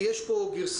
כי יש פה גרסאות,